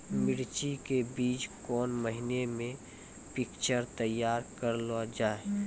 मिर्ची के बीज कौन महीना मे पिक्चर तैयार करऽ लो जा?